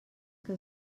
que